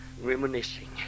reminiscing